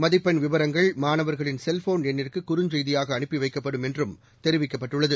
மதிப்பெண் விவரங்கள் மாணவர்களின் செல்போன் எண்ணிற்கு குறுஞ்செய்தியாகஅனுப்பிவைக்கப்படும் என்றும் தெரிவிக்கப்பட்டுள்ளது